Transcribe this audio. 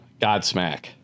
Godsmack